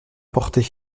porté